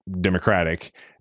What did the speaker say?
Democratic